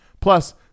Plus